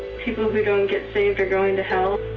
people who don't get saved are going to hell.